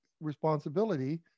responsibility